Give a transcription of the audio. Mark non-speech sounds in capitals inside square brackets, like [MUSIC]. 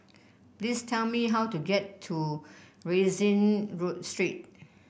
please tell me how to get to Rienzi [UNINTELLIGIBLE] Street